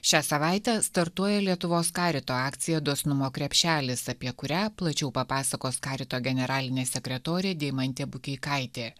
šią savaitę startuoja lietuvos karito akcija dosnumo krepšelis apie kurią plačiau papasakos karito generalinė sekretorė deimantė bukeikaitė